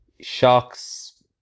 shocks